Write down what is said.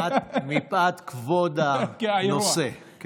מפאת כבוד הנושא.